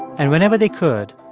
and whenever they could,